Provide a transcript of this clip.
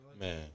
Man